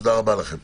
תודה רבה לכם.